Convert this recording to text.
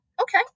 okay